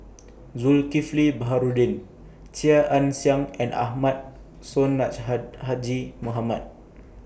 Zulkifli Baharudin Chia Ann Siang and Ahmad Mohamad